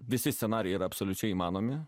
visi scenarijai yra absoliučiai įmanomi